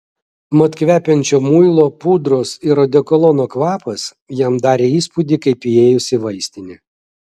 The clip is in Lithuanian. mat kvepiančio muilo pudros ir odekolono kvapas jam darė įspūdį kaip įėjus į vaistinę